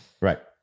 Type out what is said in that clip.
Right